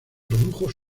produjo